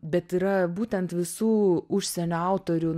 bet yra būtent visų užsienio autorių